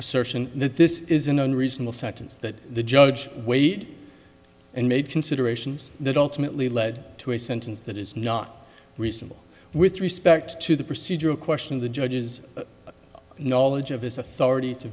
assertion that this is an unreasonable sentence that the judge weighed and made considerations that ultimately led to a sentence that is not reasonable with respect to the procedural question of the judge's knowledge of his a